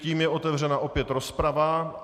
Tím se otevřena opět rozprava.